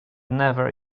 never